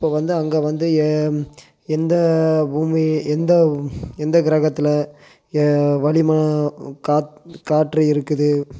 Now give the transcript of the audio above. இப்போ வந்து அங்கே வந்து ஏ எந்த பூமி எந்த எந்த கிரகத்தில் வளிம காத் காற்று இருக்குது